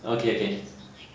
okay okay